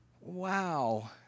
Wow